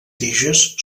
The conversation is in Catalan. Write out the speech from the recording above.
tiges